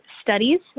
studies